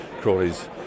Crawley's